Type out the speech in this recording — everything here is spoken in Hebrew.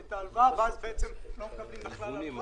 את ההלוואה, ואז הם בכלל לא מקבלים הלוואה.